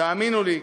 תאמינו לי,